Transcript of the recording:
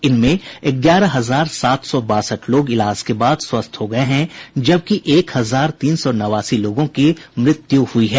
इनमें ग्यारह हजार सात सौ बासठ लोग इलाज के बाद स्वस्थ हो गये हैं जबकि एक हजार तीन सौ नवासी लोगों की मृत्यु हुई है